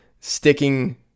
sticking